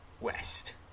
West